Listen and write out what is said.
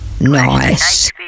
Nice